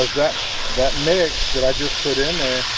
that that mix that i just put in